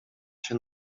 się